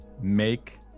make